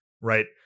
right